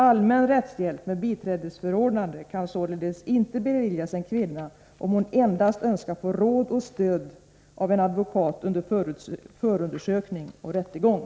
Allmän rättshjälp med biträdesförordnande kan således inte beviljas en kvinna om hon ”endast” önskar få råd och stöd av en advokat under förundersökning och rättegång.”